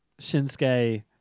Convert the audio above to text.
Shinsuke